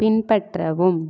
பின்பற்றவும்